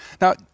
Now